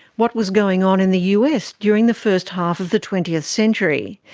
what was going on in the us during the first half of the twentieth century?